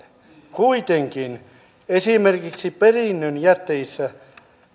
kuitenkin esimerkiksi perinnön jättäjissä